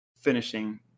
finishing